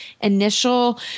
initial